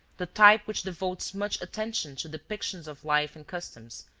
the type which devotes much attention to depictions of life and customs,